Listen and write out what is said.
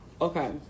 Okay